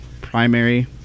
primary